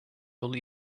yolu